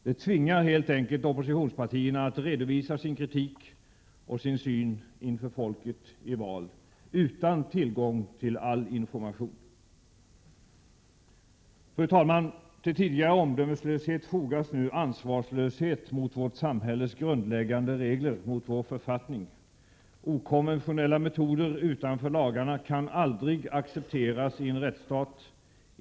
Det tvingar helt enkelt oppositionspartierna att redovisa sin kritik och sin syn inför folket i val utan tillgång till all information. Fru talman! Till tidigare omdömeslöshet fogas nu ansvarslöshet mot vårt samhälles grundläggande regler, mot vår författning. ”Okonventionella metoder” utanför lagarna kan aldrig accepteras i en rättsstat.